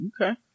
Okay